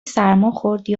سرماخوردی